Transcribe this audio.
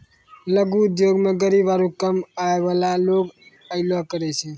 लघु उद्योगो मे गरीब आरु कम आय बाला लोग अयलो करे छै